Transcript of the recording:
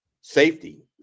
safety